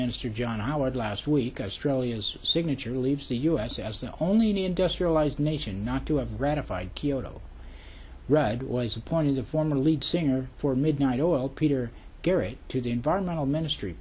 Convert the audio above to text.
minister john howard last week us trillions signature leaves the us as the only industrialized nation not to have ratified kyoto rudd was appointed the former lead singer for midnight oil peter garrett to the environmental ministry